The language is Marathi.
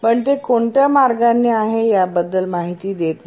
पण ते कोणत्या मार्गाने आहे याबद्दल माहिती देत नाही